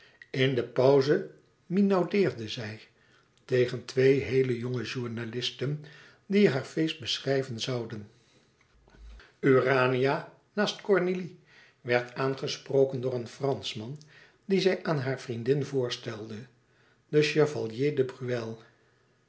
in de pauze minaudeerde zij tegen twee heele jonge journalisten die haar feest beschrijven zouden urania naast cornélie werd aangesproken door een franschman dien zij aan hare vriendin voorstelde de chevalier